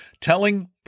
telling